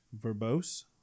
verbose